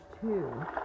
two